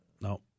No